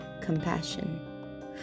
compassion